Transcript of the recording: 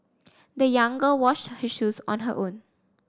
the young girl washed her shoes on her own